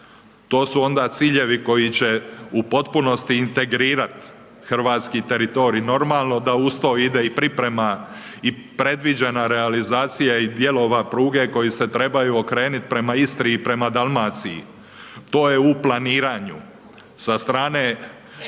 to su onda ciljevi koji će u potpunosti integrirat hrvatski teritorij, normalno da uz to ide i priprema i predviđena realizacija i dijelova pruge koji se trebaju okrenut prema Istri i prema Dalmaciji, to je u planiranju sa strane